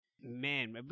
Man